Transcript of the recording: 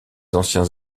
anciens